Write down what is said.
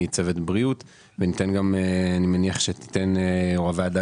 מצוות בריאות ואני מניח שתיתן יו"ר הוועדה